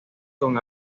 con